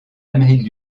amérique